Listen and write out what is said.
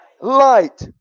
light